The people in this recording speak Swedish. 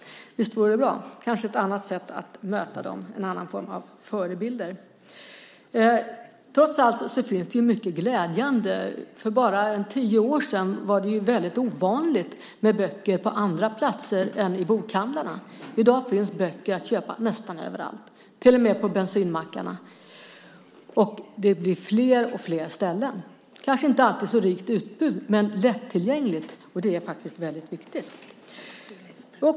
Visst vore det bra? Det kanske är en annan form av förebilder. Trots allt finns det mycket som är glädjande. För bara tio år sedan var det väldigt ovanligt med böcker på andra platser än i bokhandlarna. I dag finns böcker att köpa nästan överallt, till och med på bensinmackarna, och det blir fler och fler ställen. Det kanske inte alltid är så rikt utbud, men det är lättillgängligt och det är faktiskt väldigt viktigt.